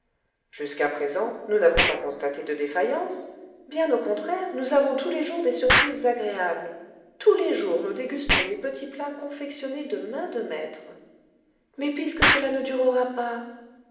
jusqu'à présent nous n'avons pas constaté de défaillance bien au contraire nous avons tous les jours des surprises agréables tous les jours nous dégustons des petits plats confectionnés de main cle maître mais puisque cela ne durera pas